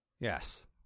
Yes